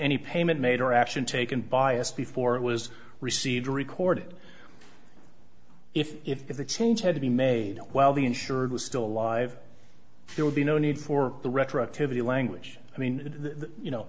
any payment made or action taken biased before it was received recorded if if the change had to be made while the insured was still alive there would be no need for the retroactivity language i mean you know